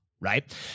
Right